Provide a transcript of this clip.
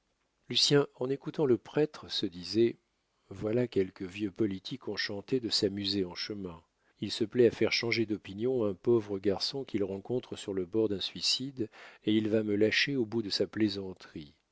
lucien en écoutant le prêtre se disait voilà quelque vieux politique enchanté de s'amuser en chemin il se plaît à faire changer d'opinion un pauvre garçon qu'il rencontre sur le bord d'un suicide et il va me lâcher au bout de sa plaisanterie